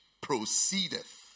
proceedeth